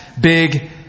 big